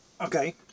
Okay